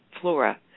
flora